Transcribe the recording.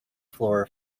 floor